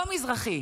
לא מזרחי,